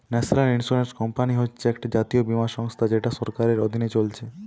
national insurance company হচ্ছে একটা জাতীয় বীমা সংস্থা যেটা সরকারের অধীনে চলছে